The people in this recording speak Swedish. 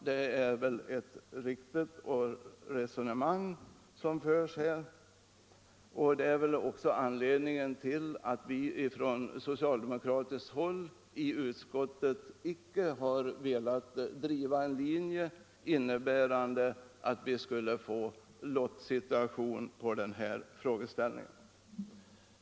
Det är väl ett riktigt resonemang som förs här, och det är också anledningen till att vi från socialdemokratiskt håll i utskottet icke har velat driva en linje som innebär att vi skulle få en lottningssituation på denna frågeställning.